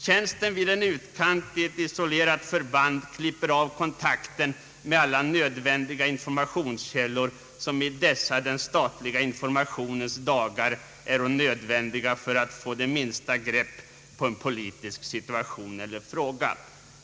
Tjänsten vid ett i en utkant isolerat förband klipper av kontakten med alla informationskällor som i dessa den statliga informationens dagar äro nödvändiga för att få det minsta grepp på en politisk situation eller fråga...